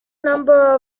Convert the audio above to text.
number